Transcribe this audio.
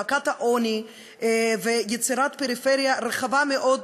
העמקת העוני ויצירת פריפריה רחבה מאוד,